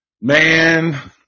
man